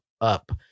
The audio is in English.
up